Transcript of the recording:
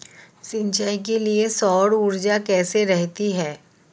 सिंचाई के लिए सौर ऊर्जा कैसी रहती है?